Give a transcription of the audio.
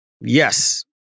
Yes